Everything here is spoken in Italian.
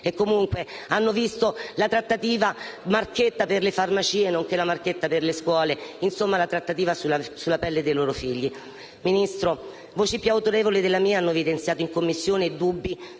E comunque hanno visto la trattativa marchetta per le farmacie, nonché la marchetta per le scuole, insomma la trattativa sulla pelle dei loro figli. Ministro, voci più autorevoli della mia hanno evidenziato in Commissione dubbi